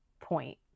point